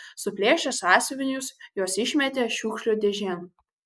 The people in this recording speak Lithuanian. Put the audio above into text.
suplėšę sąsiuvinius juos išmetė šiukšlių dėžėn